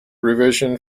revision